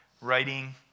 writing